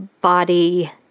body